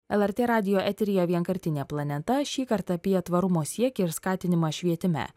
lrt radijo eteryje vienkartinė planeta šįkart apie tvarumo siekį ir skatinimą švietime